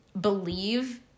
believe